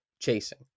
chasing